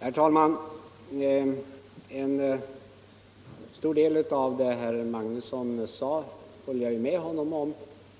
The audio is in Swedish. Herr talman! En stor del av det herr Magnusson i Kristinehamn sade håller jag med honom om,